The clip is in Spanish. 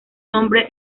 nombre